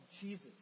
Jesus